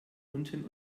unten